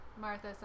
Martha